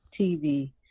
TV